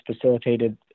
facilitated